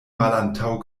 malantaŭ